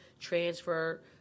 transfer